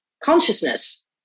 consciousness